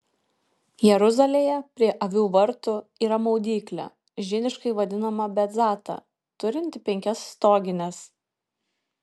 jeruzalėje prie avių vartų yra maudyklė žydiškai vadinama betzata turinti penkias stogines